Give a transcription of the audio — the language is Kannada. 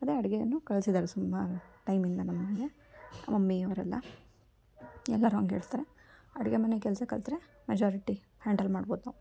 ಅದೇ ಅಡುಗೆಯನ್ನು ಕಲ್ಸಿದಾರೆ ಸುಮಾರು ಟೈಮಿಂದ ನಮಗೆ ಮಮ್ಮಿ ಇವರೆಲ್ಲ ಎಲ್ಲರೂ ಹಂಗೆ ಇರ್ತಾರೆ ಅಡುಗೆ ಮನೆ ಕೆಲ್ಸಕ್ಕಾದರೆ ಮೆಜಾರಿಟಿ ಹ್ಯಾಂಡಲ್ ಮಾಡ್ಬೋದು ನಾವು